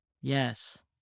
yes